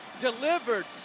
delivered